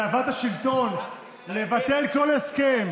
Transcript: ותאוות השלטון לבטל כל הסכם,